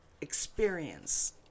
experience